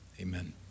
Amen